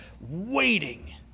waiting